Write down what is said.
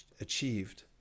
achieved